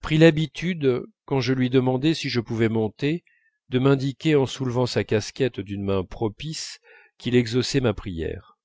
prit l'habitude quand je lui demandais si je pouvais monter de m'indiquer en soulevant sa casquette d'une main propice qu'il exauçait ma prière